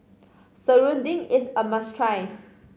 serunding is a must try